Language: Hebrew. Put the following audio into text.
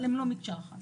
אבל הם לא מקשה אחת.